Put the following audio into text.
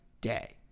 day